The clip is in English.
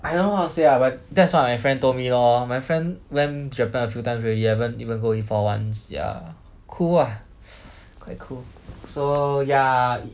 I don't know how to say ah but that's what my friend told me lor my friend went Japan a few times already I haven't even go before once ya cool ah quite cool so ya